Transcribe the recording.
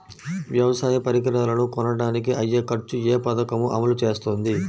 వ్యవసాయ పరికరాలను కొనడానికి అయ్యే ఖర్చు ఏ పదకము అమలు చేస్తుంది?